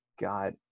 god